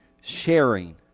sharing